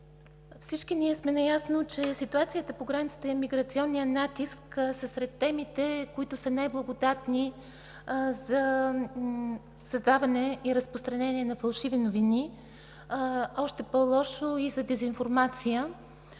Всички сме наясно, че ситуацията по границата и миграционният натиск са сред темите, които са най-благодатни за създаване и разпространение на фалшиви новини, още по-лошо – и за дезинформация.